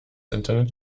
internet